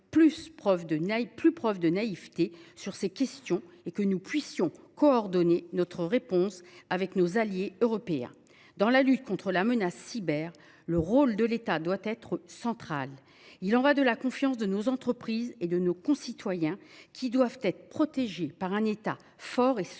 plus preuve de naïveté sur ces questions, et que nous puissions coordonner notre réponse avec nos alliés européens. Dans la lutte contre la menace cyber, le rôle de l’État doit être central. Il y va de la confiance de nos entreprises et de nos concitoyens, qui doivent être protégés par un État fort et souverain,